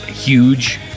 Huge